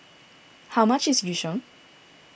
how much is Yu Sheng